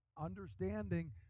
Understanding